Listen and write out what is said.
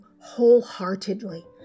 wholeheartedly